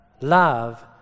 love